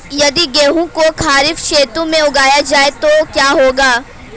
यदि गेहूँ को खरीफ ऋतु में उगाया जाए तो क्या होगा?